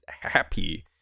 happy